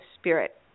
Spirit*